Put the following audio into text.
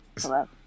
hello